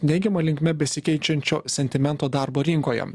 neigiama linkme besikeičiančio sentimento darbo rinkoje